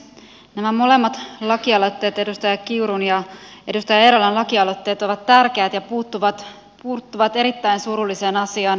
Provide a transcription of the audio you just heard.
nämä molemmat lakialoitteet edustaja kiurun ja edustaja eerolan laki aloitteet ovat tärkeät ja puuttuvat erittäin surulliseen asiaan vieraannuttamiseen